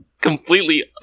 completely